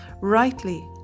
rightly